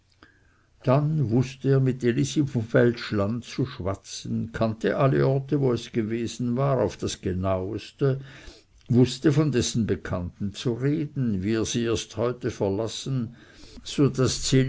dann wußte er mit elisi vom weltschland zu schwatzen kannte alle orte wo es gewesen war auf das genauste wußte von dessen bekannten zu reden wie wenn er sie erst heute verlassen so daß